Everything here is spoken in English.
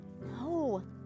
no